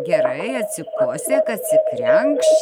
gerai atsikosėk atsikrenkščk